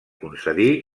concedí